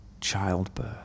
childbirth